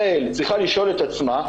צריכה לשאול את עצמה,